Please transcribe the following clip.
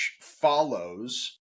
follows